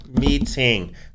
meeting